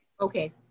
Okay